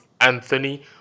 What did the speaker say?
anthony